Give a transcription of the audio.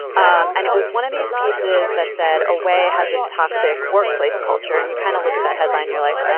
um and it was one of these pieces that said awais has a toxic workplace culture. and you kind of look at that headline, you're like,